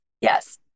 Yes